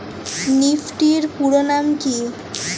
Nifty এর পুরোনাম কী?